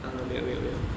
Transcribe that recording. uh 没有没有没有